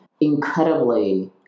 incredibly